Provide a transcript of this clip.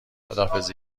خداحافظی